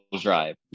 drive